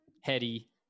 Heady